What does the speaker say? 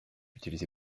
utilisé